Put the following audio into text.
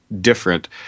different